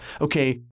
okay